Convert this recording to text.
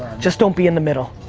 just don't be in the middle.